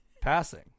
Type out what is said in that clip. Passing